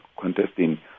contesting